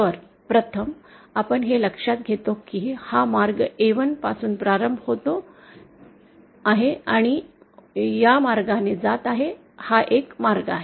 तर प्रथम आपण हे लक्षात घेतो की हा मार्ग A1 पासून प्रारंभ होत आहे या मार्गाने जात आहे हा एक मार्ग आहे